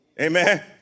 Amen